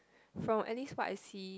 from at least what I see